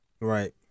Right